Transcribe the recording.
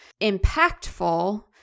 impactful